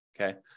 Okay